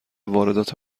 واردات